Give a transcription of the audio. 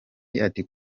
ati